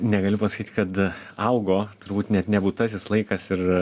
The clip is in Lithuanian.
negaliu pasakyt kad augo turbūt net ne būtasis laikas ir